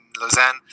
Lausanne